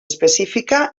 específica